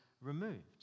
removed